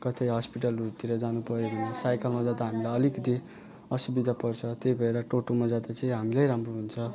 कतै हस्पिटलहरूतिर जानु पर्यो भने साइकलमा जाँदा हामीलाई अलिकति असुविधा पर्छ त्यही भएर टोटोमा जाँदा चाहिँ हामीलाई राम्रो हुन्छ